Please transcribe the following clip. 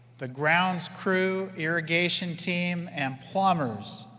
the grounds crew, irrigation team and plumbers.